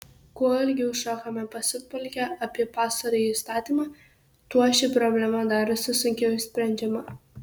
kuo ilgiau šokame pasiutpolkę apie pastarąjį įstatymą tuo ši problema darosi sunkiau išsprendžiama